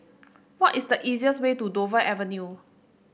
what is the easiest way to Dover Avenue